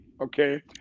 okay